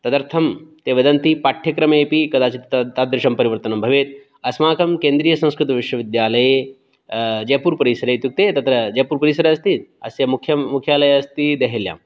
तदर्थं ते वदन्ति पाठ्यक्रमेऽपि कदाचित् ता तादृशं परिवर्तनं भवेत् अस्माकं केन्द्रियसंस्कृतविश्वविद्यालये जयपुरपरिसरे इत्युक्ते ततः जयपुरपरिसरः अस्ति अस्य मुख्यं मुख्यालयः अस्ति देहल्याम्